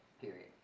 Period